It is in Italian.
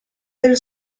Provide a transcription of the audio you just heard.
del